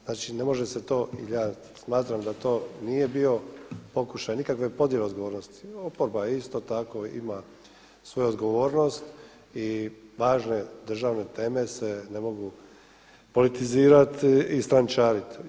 Znači ne može se to ja smatram da to nije bio pokušaj nikakve podjele odgovornosti, oporba ima isto tako svoju odgovornost i važne državne teme se ne mogu politizirati i strančariti.